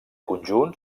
conjunt